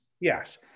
Yes